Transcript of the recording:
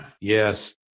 Yes